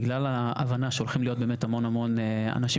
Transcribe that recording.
בגלל ההבנה שהולכים להיות המון המון אנשים